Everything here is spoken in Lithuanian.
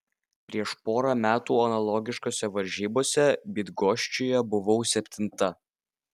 prieš porą metų analogiškose varžybose bydgoščiuje buvau septinta